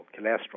cholesterol